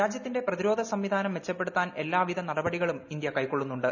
രാജ്യത്തിന്റെ പ്രതിരോധ സംവിധാനം മെച്ചപ്പെടുത്താൻ എല്ലാവിധ നടപടികളും ഇന്ത്യ കൈക്കൊള്ളുന്നുണ്ട്